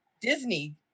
Disney